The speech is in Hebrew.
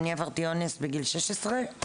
אני עברתי אונס בגיל 16,